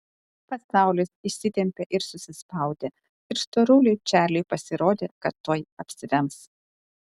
pasaulis išsitempė ir susispaudė ir storuliui čarliui pasirodė kad tuoj apsivems